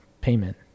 payment